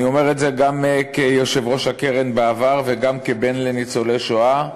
אני אומר את זה גם כיושב-ראש הקרן בעבר וגם כבן לניצולי שואה.